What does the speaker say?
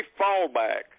fallback